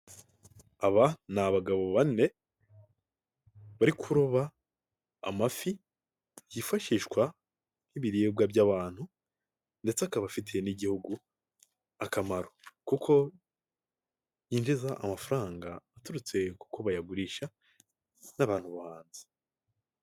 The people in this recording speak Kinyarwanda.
Aba ni abagabo bane bari kuroba amafi yifashishwa nk'ibiribwa by'abantu ndetse akaba afitiye n'igihugu akamaro kuko yinjiza amafaranga aturutse kuko bayagurisha n'abantu bo hanze.